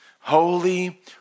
Holy